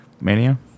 Mania